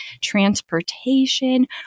transportation